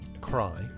Cry